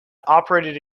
operated